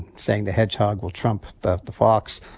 saying the hedgehog will trump the the fox,